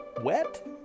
wet